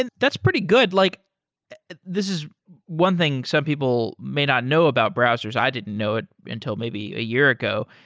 and that's pretty good. like this is one thing some people may not know about browsers. i didn't know it until maybe a year ago,